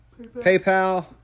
PayPal